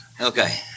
Okay